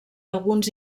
alguns